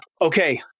Okay